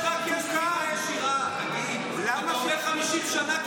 ב-1075 הייתה בחירה ישירה, למה שיהיה 50 שנה?